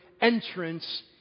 entrance